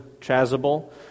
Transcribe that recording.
chasuble